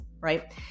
right